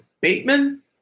Bateman